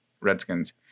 Redskins